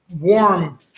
warm